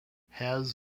has